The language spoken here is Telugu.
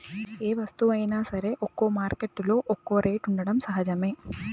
ఏ వస్తువైనా సరే ఒక్కో మార్కెట్టులో ఒక్కో రేటు ఉండటం సహజమే